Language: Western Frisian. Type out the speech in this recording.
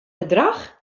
bedrach